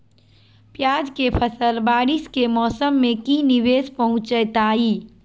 प्याज के फसल बारिस के मौसम में की निवेस पहुचैताई?